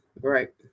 Right